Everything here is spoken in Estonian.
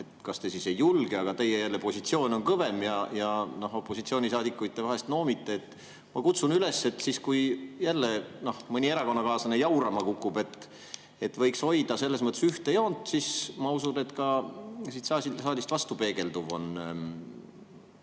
kas te siis ei julge. Ent teie positsioon on kõvem ja opositsioonisaadikuid te vahest noomite. Ma kutsun üles: siis, kui jälle mõni teie erakonnakaaslane jaurama kukub, võiks hoida selles mõttes ühte joont. Ma usun, et siis on ka siit saalist vastu peegelduv